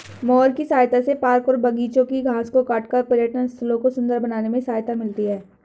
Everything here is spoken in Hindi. मोअर की सहायता से पार्क और बागिचों के घास को काटकर पर्यटन स्थलों को सुन्दर बनाने में सहायता मिलती है